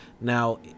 Now